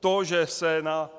To, že se na